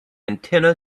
antenna